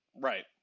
right